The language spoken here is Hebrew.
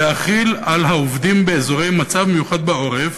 מוצע להחיל על העובדים באזורי מצב מיוחד בעורף